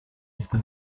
esta